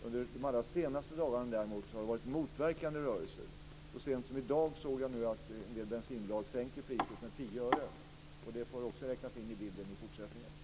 Under de allra senaste dagarna har det däremot varit motverkande rörelser. Så sent som i dag såg jag att en del bensinbolag sänker priser med 10 öre. Det får också räknas in i bilden i fortsättningen.